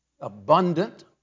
abundant